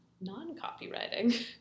non-copywriting